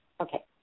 Okay